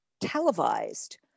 televised